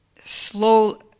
slow